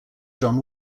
john